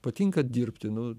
patinka dirbti nu